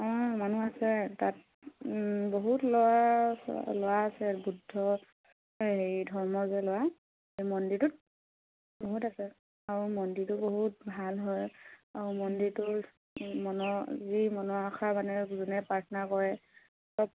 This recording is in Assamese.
অঁ মানুহ আছে তাত বহুত ল'ৰা ছোৱালী ল'ৰা আছে বৌদ্ধ হেৰি ধৰ্ম যে ল'ৰা সেই মন্দিৰটোত বহুত আছে আৰু মন্দিৰটো বহুত ভাল হয় আৰু মন্দিৰটো মনৰ যি মনৰ আশা মানে যোনে প্ৰাৰ্থনা কৰে সব